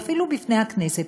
ואפילו בפני הכנסת,